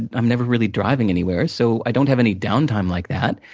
i'm never really driving anywhere, so i don't have any downtime like that.